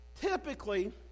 Typically